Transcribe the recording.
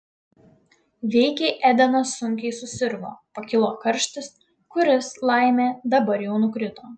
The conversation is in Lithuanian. veikiai edenas sunkiai susirgo pakilo karštis kuris laimė dabar jau nukrito